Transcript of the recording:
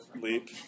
Leap